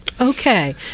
okay